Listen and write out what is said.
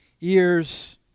ears